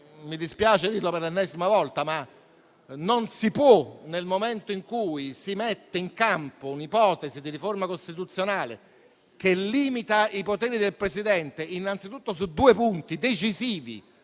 Mi dispiace dirlo per l'ennesima volta, ma non si può, nel momento in cui si mette in campo un'ipotesi di riforma costituzionale che limita i poteri del Presidente, innanzitutto su due punti decisivi